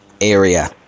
area